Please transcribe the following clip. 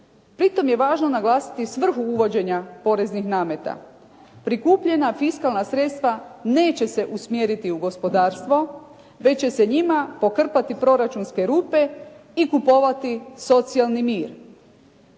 Pritom je važno naglasiti svrhu uvođenja poreznih nameta. Prikupljena fiskalna sredstva neće se usmjeriti u gospodarstvo, već će se njima pokrpati proračunske rupe i kupovati socijalni mir.